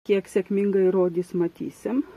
kiek sėkmingai rodys matysim